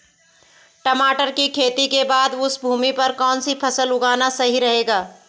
टमाटर की खेती के बाद उस भूमि पर कौन सी फसल उगाना सही रहेगा?